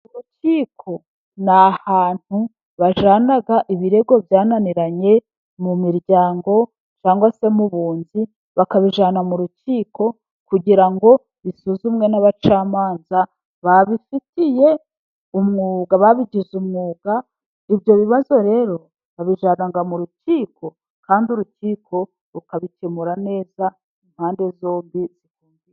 Urukiko ni ahantu bajyana ibirego byananiranye mu miryango cyangwa se mu bunzi bakabijyana mu rukiko kugira ngo bisuzumwe n'abacamanza babifitiye umwuga, babigize umwuga. Ibyo bibazo rero babijyana mu rukiko kandi urukiko rukabikemura neza impande zombi.